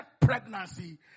pregnancy